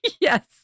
yes